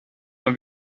nur